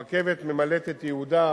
הרכבת ממלאת את ייעודה.